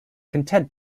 content